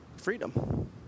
freedom